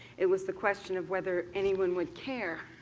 it was the question of whether anyone would care.